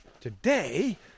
Today